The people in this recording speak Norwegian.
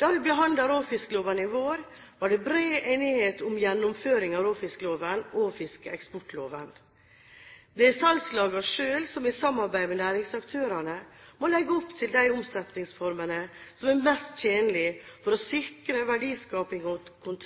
Da vi behandlet råfiskloven i vår, var det bred enighet om gjennomføring av råfiskloven og fiskeeksportloven. Det er salgslagene selv som i samarbeid med næringsaktørene må legge opp til de omsetningsformene som er mest tjenlige for å sikre verdiskaping og